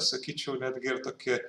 sakyčiau netgi ir tokį